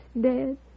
dead